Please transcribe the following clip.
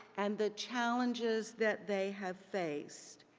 and the challenges that they have faced